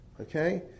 okay